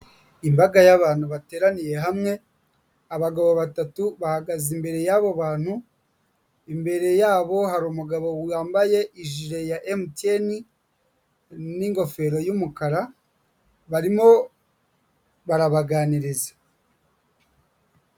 Imbaga y'abantu bateraniye hamwe, abagabo batatu bahagaze imbere y'abo bantu, imbere yabo hari umugabo wambaye ijire ya MTN n'ingofero y'umukara, barimo barabaganiriza.